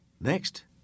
Next